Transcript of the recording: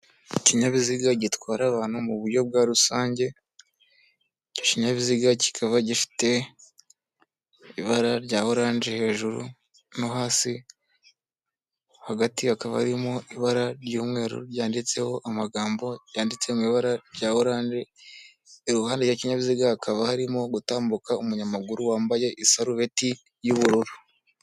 Ikinyabiziga gitwara abantu mu buryo bwa rusange. Ikinyabiziga kikaba gifite ibara rya oranje hejuru no hasi; hagati hakaba harimo ibara ry'umweru ryanditseho amagambo yanditse mu ibara rya oranje; iruhande rwicyo kinyabiziga hakaba harimo gutambuka umunyamaguru wambaye isarubeti y'ubururu.